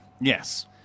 Yes